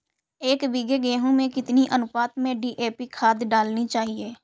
एक बीघे गेहूँ में कितनी अनुपात में डी.ए.पी खाद डालनी चाहिए?